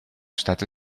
state